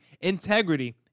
integrity